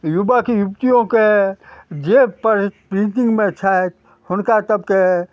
युवक युवतियोके जे प्रिन्टिंगमे छथि हुनका सबके